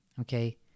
Okay